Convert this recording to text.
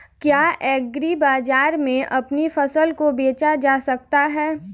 क्या एग्रीबाजार में अपनी फसल को बेचा जा सकता है?